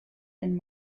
and